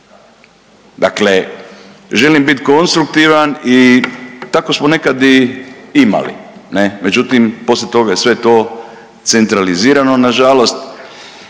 Dakle, želim biti konstruktivan i tako smo nekad i imali. Ne? Međutim, poslije toga je sve to centralizirano na žalost.